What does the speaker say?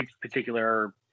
particular